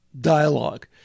dialogue